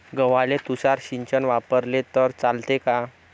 गव्हाले तुषार सिंचन वापरले तर चालते का?